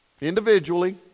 individually